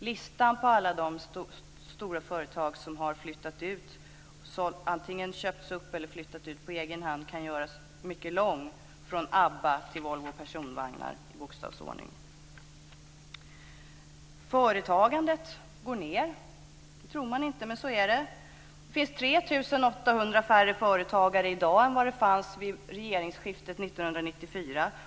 Listan på alla de stora företag som har flyttat ut, som antingen köpts upp eller som flyttat ut på egen hand, kan göras mycket lång - från ABBA till Volvo Företagandet går ned. Det tror man inte men så är det. I dag är företagarna 3 800 färre än vid regeringsskiftet 1994.